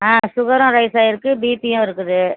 ஆ ஷுகரும் ரைஸாயிருக்கு பிபியும் இருக்குது